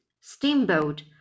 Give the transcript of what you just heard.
steamboat